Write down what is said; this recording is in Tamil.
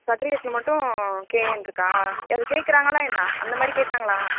சர்டிஃபிகேட்டில் மட்டும் கேஏன்னு இருக்கா அது கேட்குறாங்களா என்ன அந்த மாதிரி கேட்டாங்களா